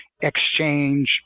exchange